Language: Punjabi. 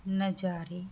ਨਜ਼ਾਰੇ